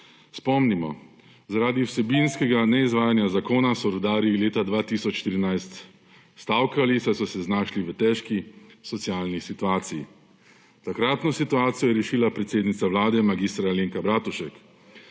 Spomnimo, zaradi vsebinskega neizvajanja zakona so rudarji leta 2013 stavkali, saj so se znašli v težki socialni situaciji. Takratno situacijo je rešila predsednica Vlade mag. Alenka Bratušek.